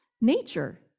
nature